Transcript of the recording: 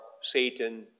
Satan